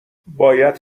باید